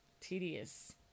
tedious